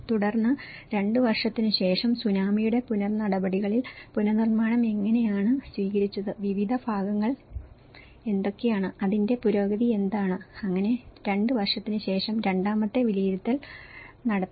തുടർന്ന് 2 വർഷത്തിനു ശേഷം സുനാമിയുടെ തുടർനടപടികൾ പുനർനിർമ്മാണം എങ്ങനെയാണ് സ്വീകരിച്ചത് വിവിധ ഭാഗങ്ങൾ എന്തൊക്കെയാണ് അതിന്റെ പുരോഗതി എന്താണ് അങ്ങനെ 2 വർഷത്തിന് ശേഷം രണ്ടാമത്തെ വിലയിരുത്തൽ നടത്തി